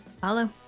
Follow